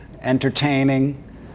entertaining